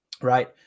right